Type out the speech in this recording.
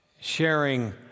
sharing